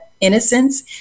innocence